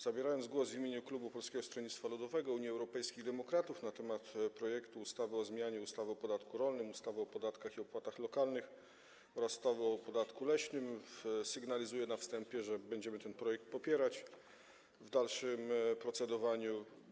Zabierając głos w imieniu klubu Polskiego Stronnictwa Ludowego - Unii Europejskich Demokratów na temat projektu ustawy o zmianie ustawy o podatku rolnym, ustawy o podatkach i opłatach lokalnych oraz ustawy o podatku leśnym, sygnalizuję na wstępie, że będziemy ten projekt popierać w dalszym procedowaniu.